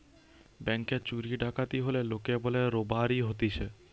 ব্যাংকে চুরি ডাকাতি হলে লোকে বলে রোবারি হতিছে